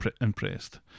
impressed